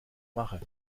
mache